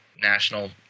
national